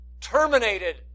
terminated